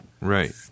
Right